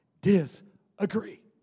disagree